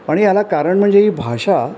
आणि याला कारण म्हणजे ही भाषा